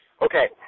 Okay